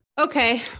Okay